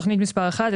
תכנית מספר אחת,